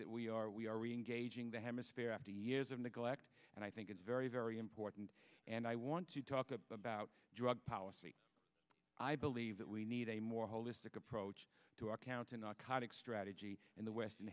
that we are we are engaging the hemisphere after years of neglect and i think it's very very important and i want to talk about drug policy i believe that we need a more holistic approach to our counter narcotics strategy in the western